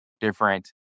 different